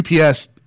UPS